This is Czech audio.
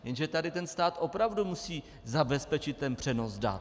Jenže tady ten stát opravdu musí zabezpečit ten přenos dat.